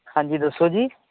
ਹਾਂਜੀ ਦੱਸੋ ਜੀ